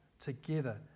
together